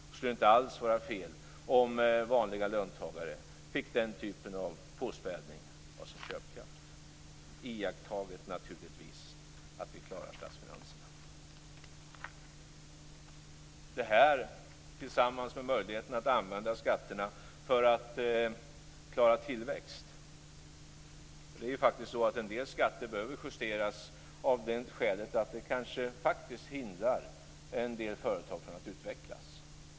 Det skulle inte alls vara fel om vanliga löntagare fick den typen av påspädning av sin köpkraft, naturligtvis med iakttagande av att vi klarar statsfinanserna och tillsammans med möjligheten att använda skatterna för att klara tillväxt. En del skatter behöver justeras av det skälet att de kanske hindrar en del företag från att utvecklas.